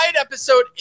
episode